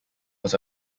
was